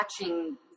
watching